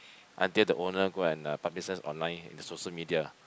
until the owner go and uh publicise online in the social media